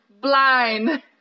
blind